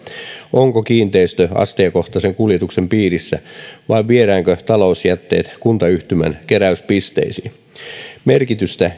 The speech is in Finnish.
onko kiinteistö astiakohtaisen kuljetuksen piirissä vai viedäänkö talousjätteet kuntayhtymän keräyspisteisiin merkitystä